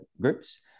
groups